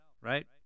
right